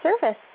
service